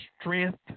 strength